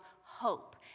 hope